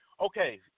Okay